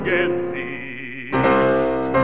Gesicht